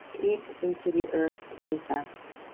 deep into the earth beneath us.